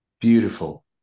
Beautiful